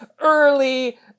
early